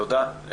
תודה.